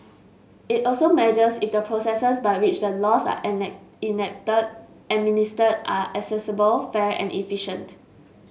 it also measures if the processes by which the laws are enacted and administered are accessible fair and efficient